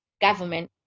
government